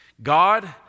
God